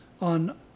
on